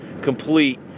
complete